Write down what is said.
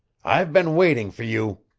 i've been waiting for you!